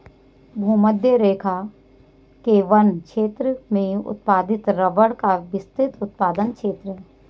भूमध्यरेखा के वन क्षेत्र में उत्पादित रबर का विस्तृत उत्पादन क्षेत्र है